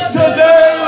today